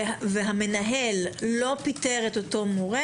והמנהל לא פיטר את אותו מורה,